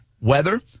weather